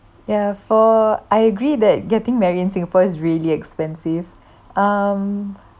ya for I agree that getting married in singapore is really expensive um